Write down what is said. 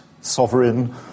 sovereign